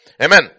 Amen